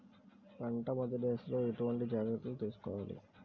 పంట మెదటి దశలో ఎటువంటి జాగ్రత్తలు తీసుకోవాలి?